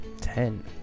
ten